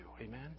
Amen